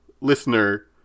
listener